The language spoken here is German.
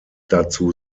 dazu